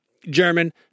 German